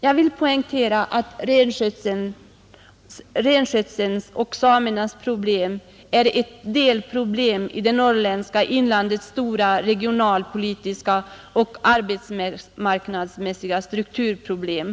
Jag vill poängtera att renskötselns och samernas problem är ett delproblem i det norrländska inlandets stora regionalpolitiska och arbetsmarknadsmässiga strukturproblem.